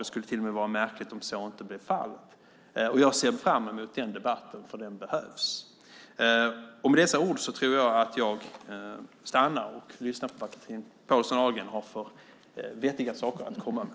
Det skulle till och med vara märkligt om så inte blev fallet. Jag ser fram emot den debatten, för den behövs. Med dessa ord tror jag att jag stannar och lyssnar på vad Chatrine Pålsson Ahlgren har för vettiga saker att komma med.